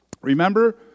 Remember